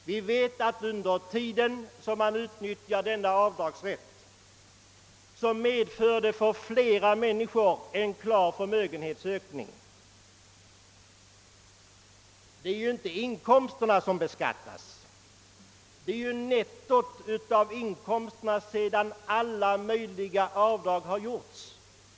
Vi vet att den tid, under vilken denna avdragsrätt utnyttjas, i åtskilliga fall medför en klar förmögenhetsökning för många människor. Det är ju inte inkomsterna som beskattas utan nettot av dessa sedan alla möjliga avdrag har gjorts.